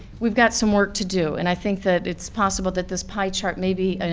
we've got some work to do, and i think that it's possible that this pie chart may be, and